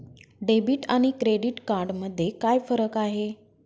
Debit आणि credit card मध्ये काय फरक आहे?